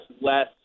less